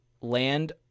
land